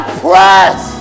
press